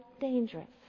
dangerous